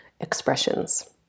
expressions